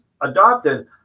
adopted